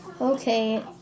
Okay